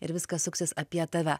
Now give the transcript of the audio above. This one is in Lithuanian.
ir viskas suksis apie tave